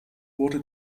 wurde